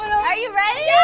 are you